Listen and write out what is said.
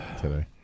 today